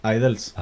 Idols